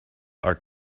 are